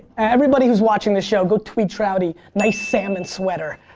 everybody who is watching this show go tweet trouty nice salmon sweater.